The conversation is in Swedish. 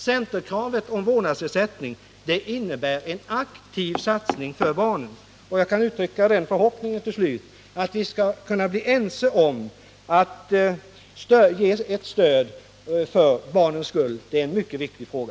Centerkravet på vårdnadsersättning innebär en aktiv satsning för barnen, och jag vill till sist uttrycka förhoppningen att vi skall kunna enas om att det är viktigt att vi inför ett sådant stöd för barnens skull.